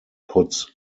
puts